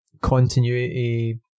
continuity